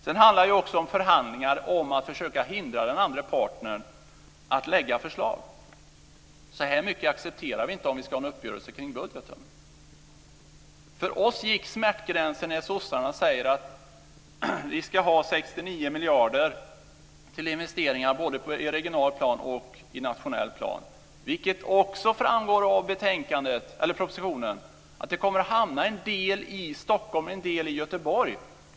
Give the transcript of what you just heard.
Det handlar också om förhandlingar, om att försöka hindra den andra partnern att lägga fram förslag - så här mycket accepterar vi inte om vi ska ha en uppgörelse kring budgeten. För oss var smärtgränsen nådd när sossarna sade: Vi ska ha 69 miljarder till investeringar i både regional och nationell plan. Av propositionen framgår att en del kommer att hamna i Stockholm och en del i Göteborg.